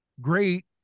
great